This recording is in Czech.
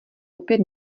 opět